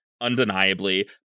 undeniably